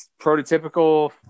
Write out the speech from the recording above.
prototypical